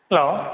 hello